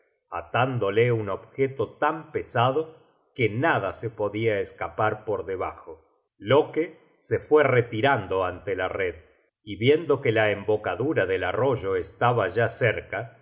atándola un objeto tan pesado que nada se podia escapar por debajo loke se fue retirando ante la red y viendo que la embocadura del arroyo estaba ya cerca